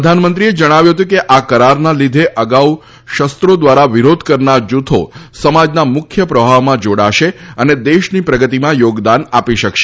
પ્રધાનમંત્રીએ જણાવ્યું હતું કે આ કરારના કારણે અગાઉ શસ્ત્રો દ્વારા વિરોધ કરનાર જૂથો સમાજના મુખ્ય પ્રવાહમાં જોડાશે અને દેશની પ્રગતિમાં થોગદાન આપી શકશે